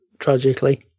Tragically